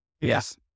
Yes